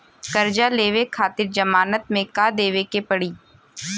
कर्जा लेवे खातिर जमानत मे का देवे के पड़ी?